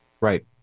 Right